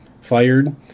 fired